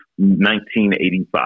1985